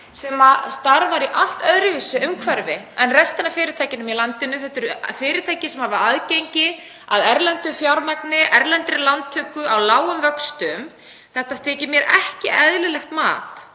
sem starfar í allt öðruvísi umhverfi en restin af fyrirtækjunum í landinu. Þetta eru fyrirtæki sem hafa aðgang að erlendu fjármagni, erlendri lántöku á lágum vöxtum. Mér þykir þetta ekki eðlilegt mat